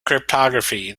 cryptography